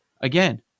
Again